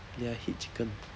ya I hate chicken